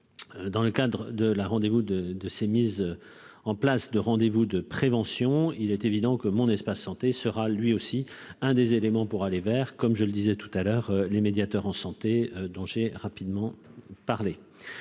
dans le cadre de la rendez-vous de de ces mises en place de rendez vous de prévention, il est évident que mon espace santé sera lui aussi un des éléments pour aller vers, comme je le disais tout à l'heure, les médiateurs en santé dont j'ai rapidement parler